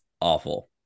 awful